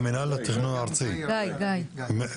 מנהל התכנון הארצי, בבקשה.